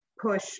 push